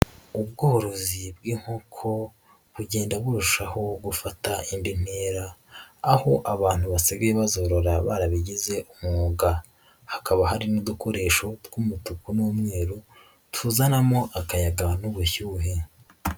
Ubworozi bw'inkoko bugenda burushaho gufata indi ntera aho abantu basigaye bazorora barabigize umwuga, hakaba hari n'udukoresho tw'umutuku n'umweru tuzanamo akayaga n'ubushyuhe.